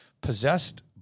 possessed